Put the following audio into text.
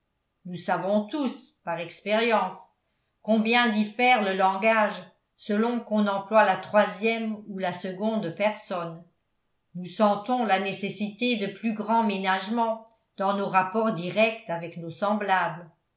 nous savons tous par expérience combien diffère le langage selon qu'on emploie la troisième ou la seconde personne nous sentons la nécessité de plus grands ménagements dans nos rapports directs avec nos semblables